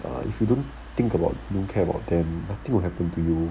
if you don't think about don't care about them nothing will happen to you